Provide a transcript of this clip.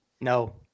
no